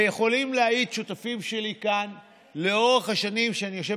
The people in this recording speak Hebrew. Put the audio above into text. ויכולים להעיד שותפים שלי כאן שלאורך השנים שאני יושב